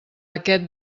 aquest